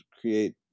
create